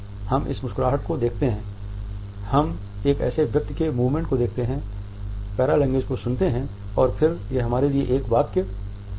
हम इस मुस्कुराहट को देखते हैं हम एक ऐसे व्यक्ति के मूवमेंट को देखते हैं पैरालेंग्वेज को सुनते हैं और फिर यह हमारे लिए एक वाक्य बन जाता है